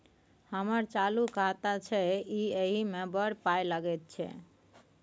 हमर चालू खाता छै इ एहि मे बड़ पाय लगैत छै